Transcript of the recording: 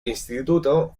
instituto